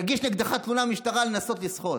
תגיש נגדך תלונה במשטרה על ניסיון לסחוט.